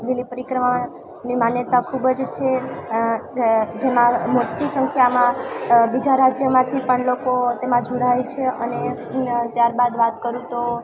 લીલી પરિક્રમા ની માન્યતા ખૂબ જ છે જેમાં મોટી સંખ્યામાં બીજા રાજ્યમાંથી પણ લોકો તેમાં જોડાય છે અને ત્યારબાદ વાત કરું તો